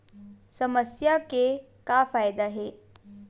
समस्या के का फ़ायदा हे?